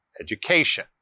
education